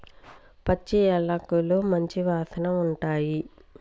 పచ్చి యాలకులు మంచి వాసన ఉంటాయి